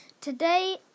today